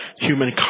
human